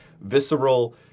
visceral